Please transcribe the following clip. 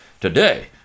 Today